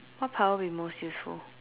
what power will be most useful